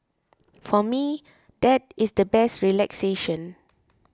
for me that is the best relaxation